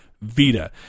Vita